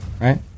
right